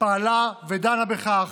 פעלה ודנה בכך.